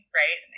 right